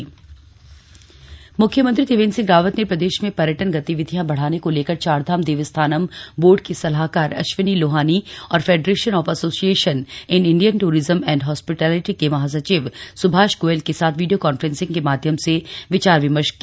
tourism action plan मुख्यमंत्री त्रिवेन्द्र सिंह रावत ने प्रदेश में पर्यटन गतिविधियाँ बढाने को लेकर चारधाम देवस्थानम बोर्ड के सलाहकार अश्विनी लोहानी और federation of association in Indian tourism and hospitality के महासचिव सुभाष गोयल के साथ वीडियो कॉन्फ्रेंस के माध्यम से विचार विमर्श किया